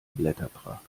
blätterpracht